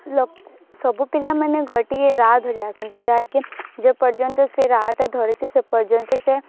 ସବୁ ପିଲାମାନେ ଗୋଟିଏ ରାହା ଧରି ଆସନ୍ତି ଯାହା କି ଯେ ପର୍ଯ୍ୟନ୍ତ ସେ ରାହାଟା ଧରିଛି ସେ ପର୍ଯ୍ୟନ୍ତ ସେ